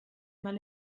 mal